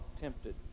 tempted